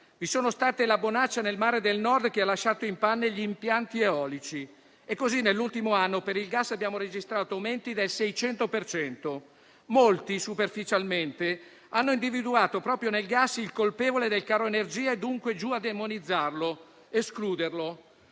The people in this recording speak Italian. vi è stata la bonaccia nel Mare del Nord, che ha lasciato in panne gli impianti eolici. E così nell'ultimo anno per il gas abbiamo registrato aumenti del 600 per cento. Molti, superficialmente, hanno individuato proprio nel gas il colpevole del caro energie e, dunque, giù a demonizzarlo per escluderlo.